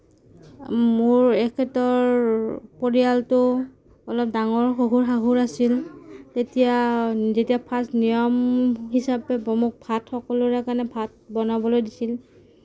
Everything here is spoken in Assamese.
মোৰ এখেতৰ পৰিয়ালটো অলপ ডাঙৰ শহুৰ শাহুৰ আছিল তেতিয়া যেতিয়া ফাস্ট নিয়ম হিচাপে মোক সকলোৰে কাৰণে ভাত বনাবলৈ দিছিল